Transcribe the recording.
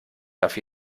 darf